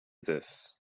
this